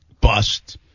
bust